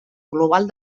global